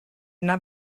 yna